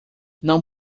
não